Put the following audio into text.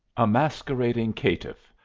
a masquerading caitiff!